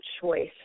choice